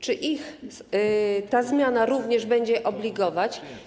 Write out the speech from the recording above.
Czy ich ta zmiana również będzie obligować?